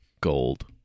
gold